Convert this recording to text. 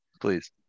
Please